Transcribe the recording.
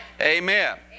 Amen